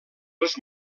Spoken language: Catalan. els